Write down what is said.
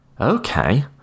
Okay